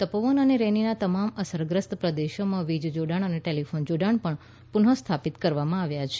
તપોવન અને રૈનીના તમામ અસરગ્રસ્ત પ્રદેશોમાં વીજ જોડાણ અને ટેલીફોન જોડાણ પણ પુન સ્થાપિત કરવામાં આવ્યાં છે